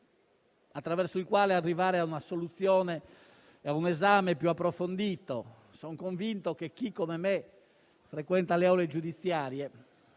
attraverso il quale arrivare a una soluzione e a un esame più approfondito. Sono convinto che chi, come me, frequenta le aule giudiziarie